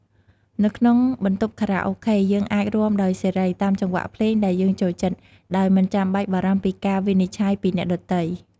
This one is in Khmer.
នៅក្នុងបន្ទប់ខារ៉ាអូខេ យើងអាចរាំដោយសេរី តាមចង្វាក់ភ្លេងដែលយើងចូលចិត្ត ដោយមិនបាច់បារម្ភពីការវិនិច្ឆ័យពីអ្នកដទៃ។